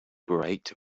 bright